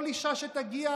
כל אישה שתגיע,